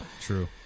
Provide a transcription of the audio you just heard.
True